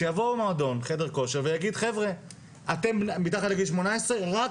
שחדר כושר או מועדון ויגיד שמתאמנים מתחת לגיל 18 יתאמנו רק